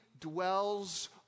dwells